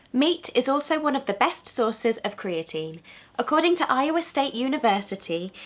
meat is also one of the best sources of creatine according to iowa state university,